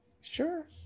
sure